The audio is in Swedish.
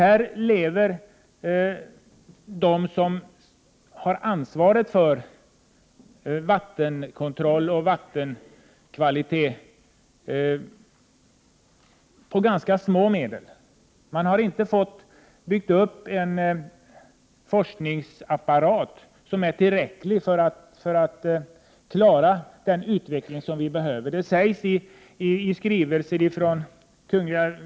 De som har ansvaret för vattenkontroll och vattenkvalitet har ganska små medel till förfogande. Man har inte fått bygga upp en forskningsapparat som är tillräcklig för att man skall klara den utveckling som vi behöver. Det sägs i skrivelser från Kungl.